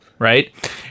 Right